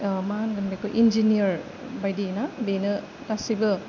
मा होनगोन बेखौ इन्जिनियार बायदि ना बेनो गासैबो